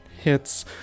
Hits